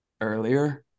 earlier